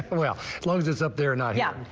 well closes up they're not yeah.